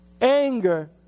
anger